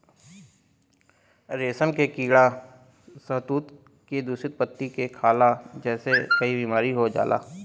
रेशम के कीड़ा शहतूत के दूषित पत्ती के खाला जेसे कई बीमारी हो जाला